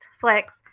flex